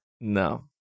No